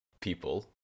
people